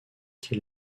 quel